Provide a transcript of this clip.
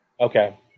Okay